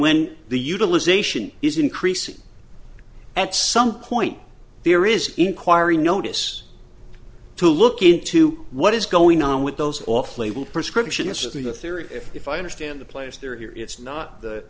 when the utilization is increasing at some point there is inquiry notice to look into what is going on with those off label prescription is simply the theory if i understand the place they're here it's not th